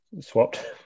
swapped